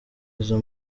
izo